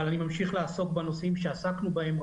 אבל אני ממשיך לעסוק בנושאים שעסקנו בהם,